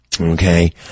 Okay